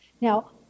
Now